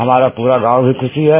हमारा पूरा गांव भी खुश है